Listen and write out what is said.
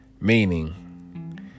Meaning